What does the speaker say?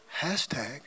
Hashtag